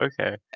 okay